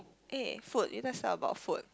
eh food let's talk about food